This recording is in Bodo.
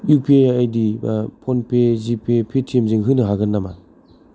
इउ पि आइ आइदि बा फनपे जिपे पेटियेमजों होनो हागोन नामा